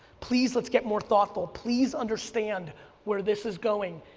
please let's get more thoughtful, please understand where this is going.